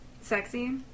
sexy